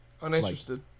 Uninterested